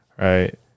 right